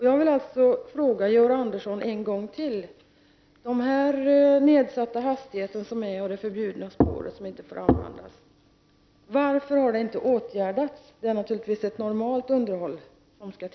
Jag vill alltså fråga Georg Andersson en gång till: Varför har inte den nedsatta hastigheten och förbudet att använda ett spår åtgärdats? Det hör naturligtvis till det normala underhållet.